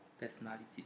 personalities